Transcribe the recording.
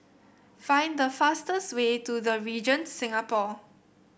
find the fastest way to The Regent Singapore